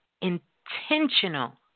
intentional